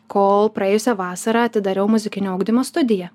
kol praėjusią vasarą atidariau muzikinio ugdymo studiją